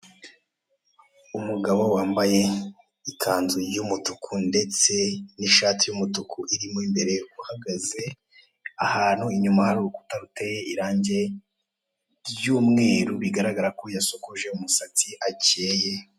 Umugabo wambaye ikanzu y'umutuku ndetse n'ishati y'umutuku irimo imbere uhagaze, ahantu inyuma hari urukuta ruteye irange ry'umweru, bigaragaza ko yasokoje, umusatsi akeye.